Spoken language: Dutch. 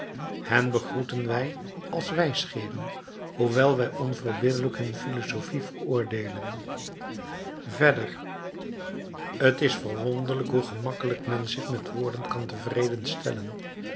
hen begroeten wij als wijsgeeren hoewel wij onverbiddelijk hun filosofie veroordeelen verder t is verwonderlijk hoe gemakkelijk men zich met woorden kan tevreden stellen